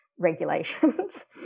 regulations